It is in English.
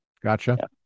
Gotcha